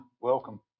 welcome